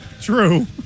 True